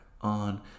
on